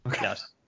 yes